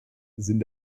sind